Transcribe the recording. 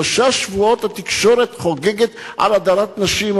שלושה שבועות התקשורת חוגגת על הדרת נשים,